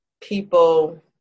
people